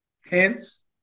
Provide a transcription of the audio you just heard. hence